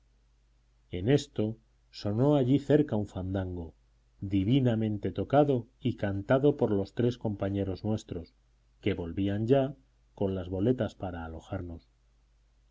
en esto sonó allí cerca un fandango divinamente tocado y cantado por los tres compañeros nuestros que volvían ya con las boletas para alojarnos